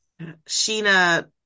Sheena